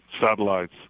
satellites